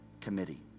Committee